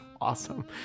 Awesome